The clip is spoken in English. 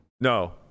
No